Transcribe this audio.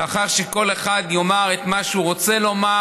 לאחר שכל אחד יאמר את מה שהוא רוצה לומר,